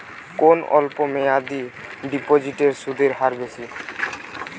কোন অল্প মেয়াদি ডিপোজিটের সুদের হার বেশি?